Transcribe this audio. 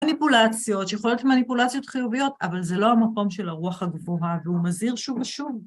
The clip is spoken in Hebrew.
מניפולציות שיכולות להיות מניפולציות חיוביות, אבל זה לא המקום של הרוח הגבוהה והוא מזהיר שוב ושוב.